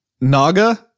Naga